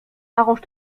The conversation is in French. arrange